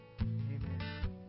Amen